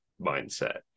mindset